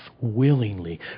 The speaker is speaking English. willingly